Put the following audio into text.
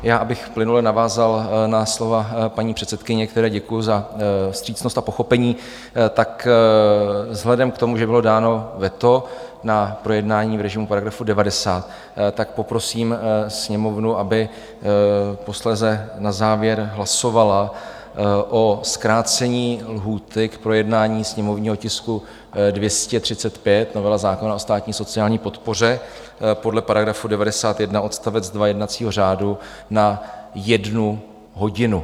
Abych plynule navázal na slova paní předsedkyně, které děkuji za vstřícnost a pochopení, tak vzhledem k tomu, že bylo dáno veto na projednání v režimu § 90, tak poprosím Sněmovnu, aby posléze na závěr hlasovala o zkrácení lhůty k projednání sněmovního tisku 235, novely zákona o státní sociální podpoře, podle § 91 odst. 2 jednacího řádu na jednu hodinu.